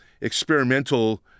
experimental